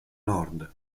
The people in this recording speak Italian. nord